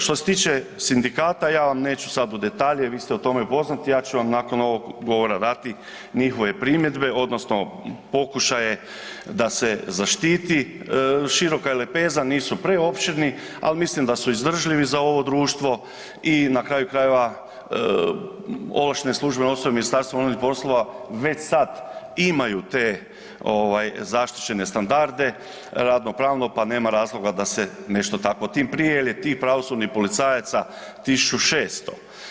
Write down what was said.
Što se tiče sindikata, ja vam neću sada u detalje, vi ste o tome poznati, ja ću vam nakon ovog govora dati njihove primjedbe, odnosno pokušaje da se zaštiti, široka je lepeza, nisu preopširni, ali mislim da su izdržljivi za ovo društvo i na kraju krajeva, ovlaštene službene osobe MUP-a već sad imaju te zaštićene standarde, radno-pravno, pa nema razloga da se nešto tako, tim prije jer je tih pravosudnih policajaca 1600.